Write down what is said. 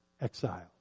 exile